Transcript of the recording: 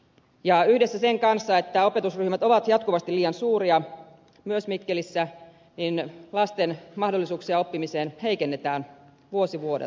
yhdessä sen kanssa että opetusryhmät ovat jatkuvasti liian suuria myös mikkelissä lasten mahdollisuuksia oppimiseen heikennetään vuosi vuodelta